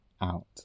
out